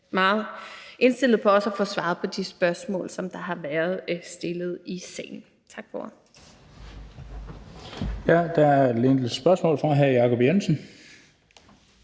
indstillet på at få svaret på de spørgsmål, som der har været stillet i sagen.